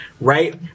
right